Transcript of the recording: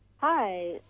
Hi